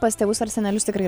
pas tėvus ar senelius tikrai